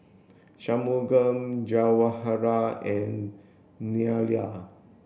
Shunmugam Jawaharlal and Neila